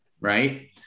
right